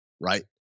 right